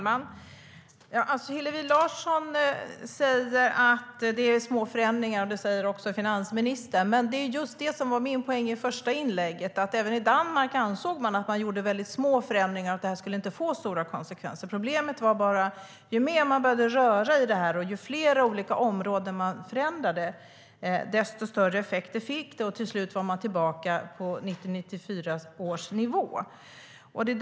Herr talman! Hillevi Larsson säger att det är små förändringar, och det säger också finansministern. Min poäng i mitt första inlägg var just att även i Danmark ansåg man att man gjorde väldigt små förändringar och att det här inte skulle få stora konsekvenser. Problemet var bara att ju mer man började röra i detta och ju fler områden man förändrade, desto större effekter fick det. Till sist var man tillbaka på 1994 års nivå.